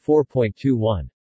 4.21